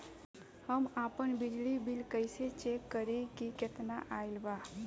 हम आपन बिजली बिल कइसे चेक करि की केतना आइल बा?